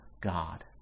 God